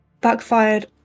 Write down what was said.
backfired